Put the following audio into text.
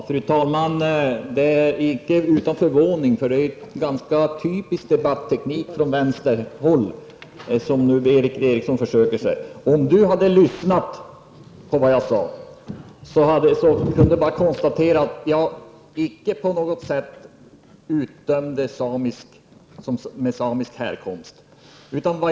Fru talman! Berith Erikssons debatteknik är inte förvånande, eftersom den är typisk från vänsterhåll. Om hon hade lyssnat på vad jag sade kunde hon ha konstaterat att jag icke på något sätt utdömde människor med samisk härkomst.